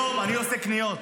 אני עושה קניות: